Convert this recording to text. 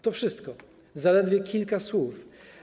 To wszystko, zaledwie kilka słów.